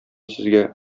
сезгә